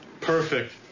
Perfect